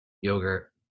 yogurt